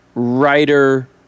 Writer